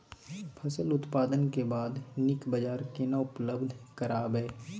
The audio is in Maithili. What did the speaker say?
फसल उत्पादन के बाद नीक बाजार केना उपलब्ध कराबै?